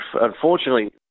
unfortunately